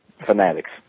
fanatics